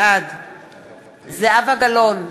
בעד זהבה גלאון,